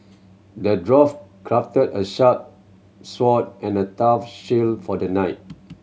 the dwarf crafted a sharp sword and a tough shield for the knight